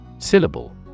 Syllable